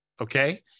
Okay